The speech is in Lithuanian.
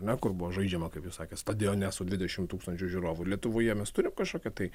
anr kur buvo žaidžiama kaip jūs sakėt stadione su dvidešimt tūkstančių žiūrovų lietuvoje mes turim kažkokią tai